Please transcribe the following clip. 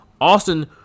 Austin